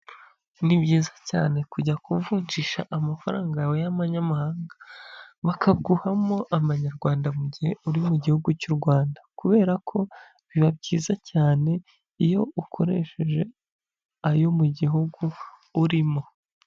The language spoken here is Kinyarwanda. Ni byiza cyane kujya kuvunjisha amafaranga yawe y'amanyamahanga, bakaguhamo amanyarwanda mu gihe uri mu gihugu cy'u Rwanda. Kubera ko biba byiza cyane iyo ukoresheje ayo mu gihugu urimo.